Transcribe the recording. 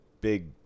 big